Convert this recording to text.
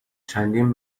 چندین